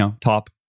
top